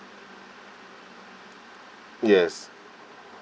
yes